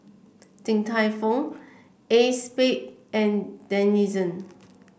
Din Tai Fung Acexspade and Denizen